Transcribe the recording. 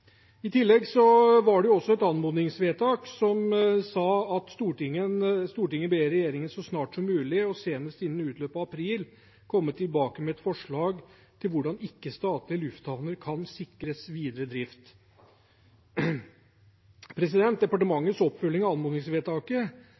i Senterpartiet følge opp dette. Det var i tillegg et anmodningsvedtak som sa: «Stortinget ber regjeringen så snart som mulig, og senest innen utløpet av april, komme tilbake med et forslag til hvordan ikke-statlige lufthavner kan sikres videre drift.»